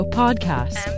podcast